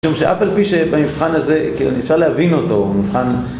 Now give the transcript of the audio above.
גם שאף על פי שבמבחן הזה, כאילו, אפשר להבין אותו, מבחן...